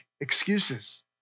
excuses